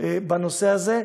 בנושא הזה.